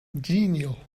genial